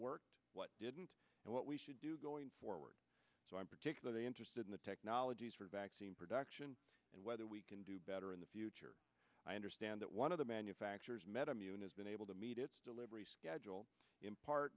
worked what didn't and what we should do going forward so i'm particularly interested in the technologies for vaccine production and whether we can do better in the future i understand that one of the manufacturers mehta muniz been able to meet its delivery schedule in part